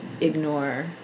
ignore